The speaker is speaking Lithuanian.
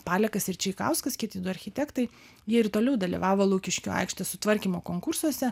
palekas ir čeikauskas kiti du architektai jie ir toliau dalyvavo lukiškių aikštės sutvarkymo konkursuose